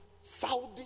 Saudi